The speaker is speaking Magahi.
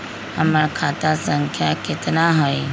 हमर खाता संख्या केतना हई?